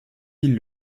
ils